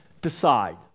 decide